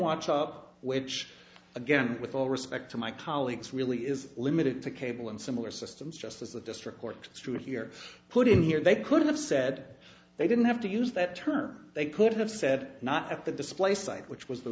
watch up which again with all respect to my colleagues really is limited to cable and similar systems just as the district courts through here put in here they couldn't have said they didn't have to use that term they could have said not at the display site which was the